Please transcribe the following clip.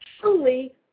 truly